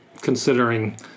considering